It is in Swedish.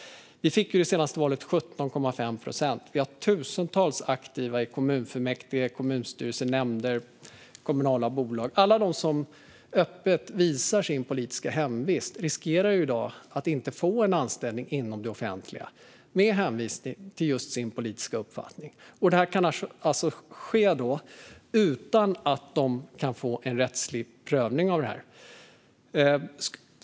Vi fick i det senaste valet 17,5 procent. Vi har tusentals aktiva i kommunfullmäktige, kommunstyrelser, nämnder och kommunala bolag. Alla som öppet visar sin politiska hemvist riskerar i dag att inte få en anställning inom det offentliga med hänvisning till just sin politiska uppfattning. Detta kan alltså ske utan att de kan få en rättslig prövning.